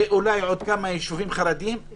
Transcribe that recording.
ואולי עוד כמה יישובים חרדיים,